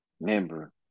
member